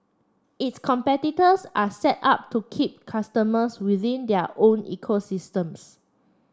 its competitors are set up to keep customers within their own ecosystems